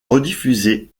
rediffusée